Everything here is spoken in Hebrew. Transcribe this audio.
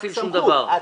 סמכות.